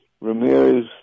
Ramirez